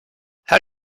how